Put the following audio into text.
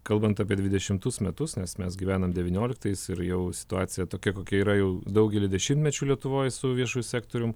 kalbant apie dvidešimus metus nes mes gyvenam devynioliktais ir jau situacija tokia kokia yra jau daugelį dešimmečių lietuvoj su viešu sektorium